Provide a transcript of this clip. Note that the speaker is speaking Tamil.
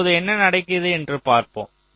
இப்போது என்ன நடக்கிறது என்று பார்ப்போம்